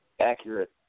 accurate